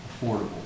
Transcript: affordable